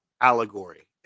allegory